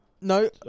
No